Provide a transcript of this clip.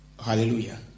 Hallelujah